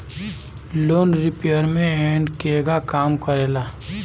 Loan repayment केगा काम करेला?